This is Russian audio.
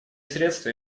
средства